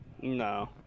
No